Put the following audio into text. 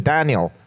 Daniel